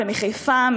שאין לו מאיפה לקחת,